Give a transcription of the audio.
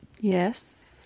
Yes